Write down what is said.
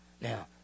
Now